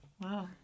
Wow